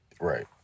Right